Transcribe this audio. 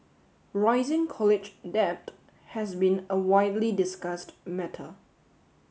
rising college debt has been a widely discussed matter